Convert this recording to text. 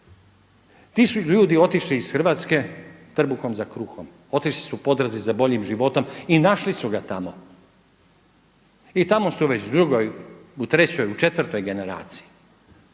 Ti su ljudi otišli iz Hrvatske trbuhom za kruhom, otišli su u potrazi za boljim životom i našli su ga tamo i tamo su već u drugoj, trećoj, u četvrtoj generaciji.